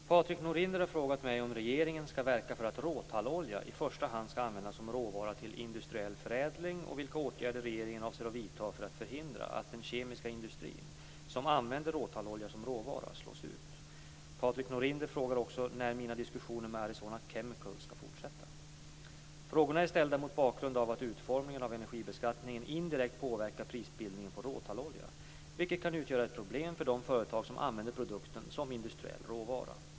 Herr talman! Patrik Norinder har frågat mig om regeringen skall verka för att råtallolja i första hand skall användas som råvara till industriell förädling och vilka åtgärder regeringen avser att vidta för att förhindra att den kemiska industri som använder råtallolja som råvara slås ut. Patrik Norinder frågar också när mina diskussioner med Arizona Chemical skall fortsätta. Frågorna är ställda mot bakgrund av att utformningen av energibeskattningen indirekt påverkar prisbildningen på råtallolja, vilket kan utgöra ett problem för de företag som använder produkten som industriell råvara.